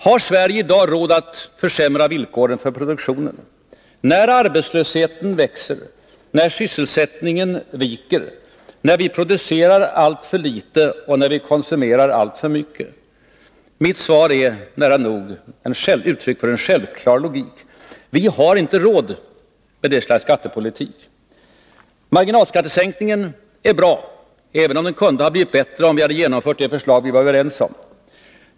Har Sverige i dag råd att försämra villkoren för produktionen, när arbetslösheten växer, när sysselsättningen viker, när vi producerar alltför litet och när vi konsumerar alltför mycket? Mitt svar är nära nog uttryck för en självklar logik: Vi har inte råd med detta slags skattepolitik. Marginalskattesänkningen är bra, även om den kunde ha blivit bättre om vi hade genomfört det förslag vi var överens om.